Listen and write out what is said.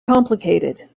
complicated